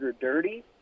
dirty